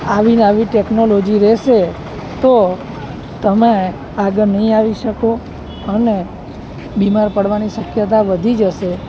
આવી નેઆવી ટેકનોલોજી રહેશે તો તમે આગળ નહીં આવી શકો અને બીમાર પડવાની શક્યતા વધી જશે